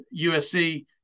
USC